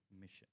mission